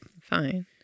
Fine